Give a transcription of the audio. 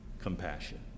compassion